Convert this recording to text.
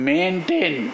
Maintain